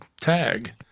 tag